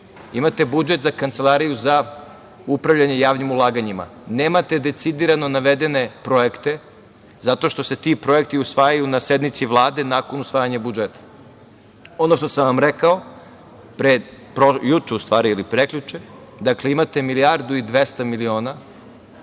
imate budžet za Kancelariju za upravljanje javnim ulaganjima, nemate decidirano navedene projekte, zato što se ti projekti usvajaju na sednici Vlade, nakon usvajanja budžeta. Ono što sam vam rekao juče ili prekjuče, imate milijardu i 200 miliona